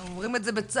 אנחנו אומרים את זה בצער,